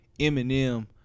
Eminem